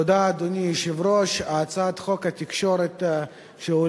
אדוני היושב-ראש, תודה,